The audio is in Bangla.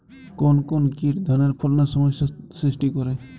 কোন কোন কীট ধানের ফলনে সমস্যা সৃষ্টি করে?